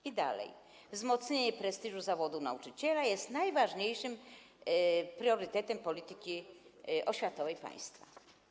I, dalej, wzmocnienie prestiżu zawodu nauczyciela jest najważniejszym priorytetem polityki oświatowej państwa.